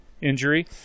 injury